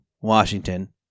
Washington